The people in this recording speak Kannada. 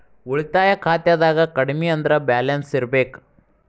ಉಳಿತಾಯ ಖಾತೆದಾಗ ಕಡಮಿ ಅಂದ್ರ ಬ್ಯಾಲೆನ್ಸ್ ಇರ್ಬೆಕ್